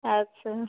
अच्छा